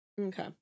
okay